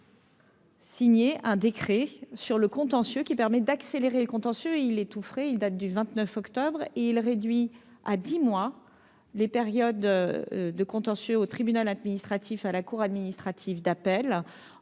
Signé un décret sur le contentieux qui permet d'accélérer le contentieux et il est tout frais, il date du 29 octobre et il réduit à 10 mois les périodes de contentieux au tribunal administratif à la cour administrative d'appel